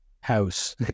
house